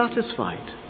satisfied